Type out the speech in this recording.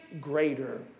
greater